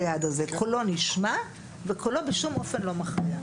של היעדר אפליה והוא נשאר כמות שהוא